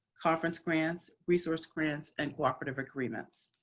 conference grants, resource grants and cooperative agreements,